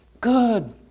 Good